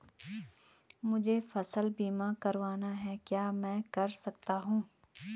मुझे फसल बीमा करवाना है क्या मैं कर सकता हूँ?